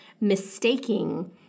mistaking